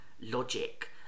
logic